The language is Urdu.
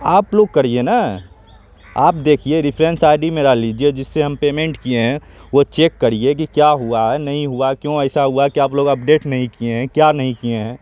آپ لوگ کریے نا آپ دیکھیے ریفرنس آئی ڈی میرا لیجیے جس سے ہم پیمنٹ کیے ہیں وہ چیک کریے کہ کیا ہوا ہے نہیں ہوا ہے کیوں ایسا ہوا کہ آپ لوگ اپ ڈیٹ نہیں کیے ہیں کیا نہیں کیے ہیں